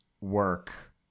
work